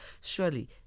Surely